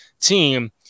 team